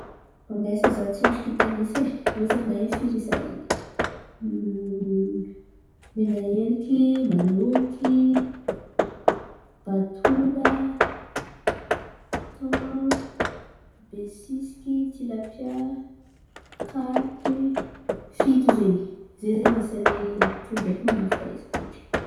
Ambesa za akendriky hitanisa e, aviô za mahay firy isa-nany: menaheliky, maloky, batôla, ton, besisiky, tilapia, Karipy. Fito zen̈y, ze zen̈y isan’ny trondro haiko man̈avaka izy akendriky.